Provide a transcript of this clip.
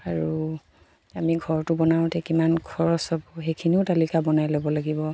আৰু আমি ঘৰটো বনাওঁতে কিমান খৰচ হ'ব সেইখিনিও তালিকা বনাই ল'ব লাগিব